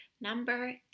Number